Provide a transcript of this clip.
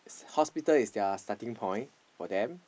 hospital is their starting point for them